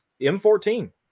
M14